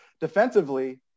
defensively